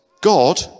God